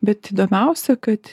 bet įdomiausia kad